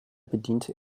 bediente